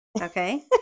okay